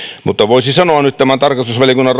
mutta voisi sanoa nyt tämän tarkastusvaliokunnan